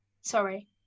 Sorry